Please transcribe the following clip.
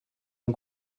ein